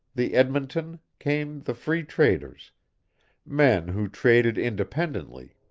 the edmonton, came the free traders men who traded independently.